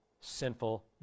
sinful